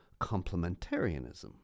complementarianism